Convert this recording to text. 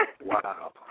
Wow